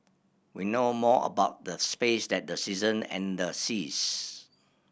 we know more about the space than the season and the seas